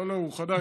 לא, לא, הוא חדש.